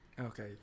okay